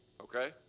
Okay